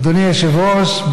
אדוני היושב-ראש,